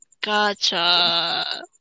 Gotcha